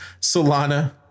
Solana